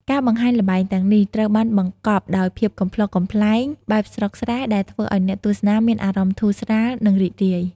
ការបង្ហាញល្បែងទាំងនេះត្រូវបានបង្កប់ដោយ ភាពកំប្លុកកំប្លែងបែបស្រុកស្រែ ដែលធ្វើឲ្យអ្នកទស្សនាមានអារម្មណ៍ធូរស្រាល និងរីករាយ។